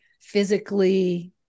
physically